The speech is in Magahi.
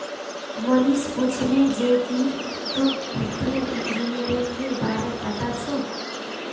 मोहनीश पूछले जे की तोक वित्तीय इंजीनियरिंगेर बार पता छोक